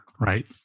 Right